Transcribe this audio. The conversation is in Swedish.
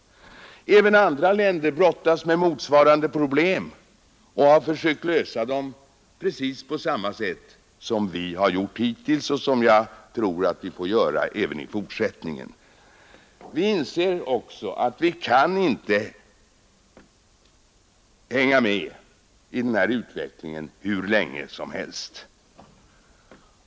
Även andra länder brottas med motsvarande problem och har försökt lösa dem precis på samma sätt som vi hittills har gjort och som jag tror att vi får göra även i fortsättningen. Vi inser emellertid att vi inte kan hänga med i denna utveckling hur länge som helst.